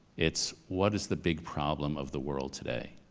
it's, what is the big problem of the world today?